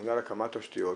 אמונה על הקמת תשתיות,